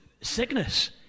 sickness